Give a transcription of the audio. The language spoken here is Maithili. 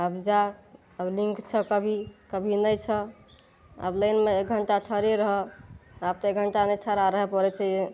अब जा अब लिंक छऽ कभी कभी नहि छऽ अब लाइनमे एक घण्टा खड़े रहऽ आब तऽ एक घण्टा नहि खड़ा रहऽ पड़य छै जे